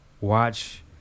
watch